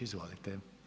Izvolite.